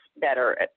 better